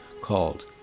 called